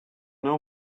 know